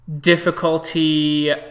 Difficulty